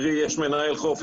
קרי יש מנהל חוף,